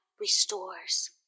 restores